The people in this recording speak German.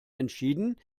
entschieden